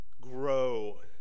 grow